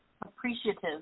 Appreciative